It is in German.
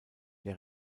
der